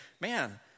man